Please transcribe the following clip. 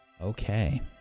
okay